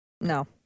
No